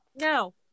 no